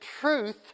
truth